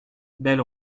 belle